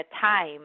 time